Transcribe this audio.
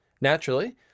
Naturally